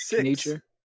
nature